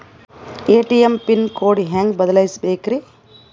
ATM pin code ಹೆಂಗ್ ಬದಲ್ಸ್ಬೇಕ್ರಿ?